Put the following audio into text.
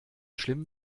schlimm